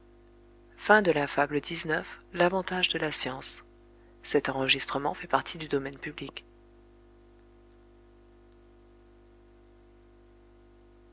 l'avantage de la science